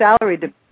salary